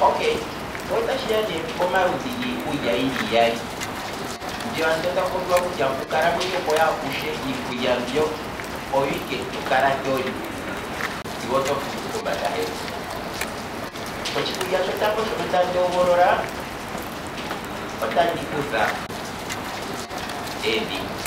Okay! Ngele ota tshiya nee pomaludhi giikulya yili iyali, mbyo ando taku popiwa kutya oku kalamwenyo kohe akushe, iikulya mbyo oyo ike to kala toli sigo oto shuluko kombanda hevi, otshikulya tsho tango shono tandi ogololaa, otandi kutha eedhingu,